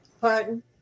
Pardon